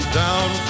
down